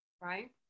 right